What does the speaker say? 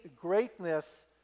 greatness